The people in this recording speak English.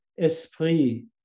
esprit